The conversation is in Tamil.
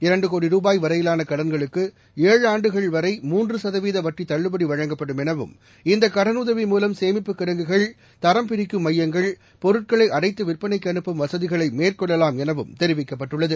இரண்டு கோடி ரூபாய் வரையிலான கடன்களுக்கு ஏழு ஆண்டுகள் வரை மூன்று சதவீத வட்டி தள்ளுபடி வழங்கப்படும் எனவும் இந்தக் கடலுதவி மூலம் சேமிப்புக் கிடங்குகள் தரம் பிரிக்கும் மையங்கள் பொருட்களை அடைத்து விற்பளைக்கு அனுப்பும் வசதிகளை மேற்கொள்ளவாம் எனவும் தெரிவிக்கப்பட்டுள்ளது